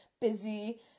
busy